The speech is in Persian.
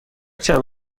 چند